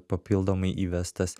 papildomai įvestas